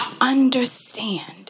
understand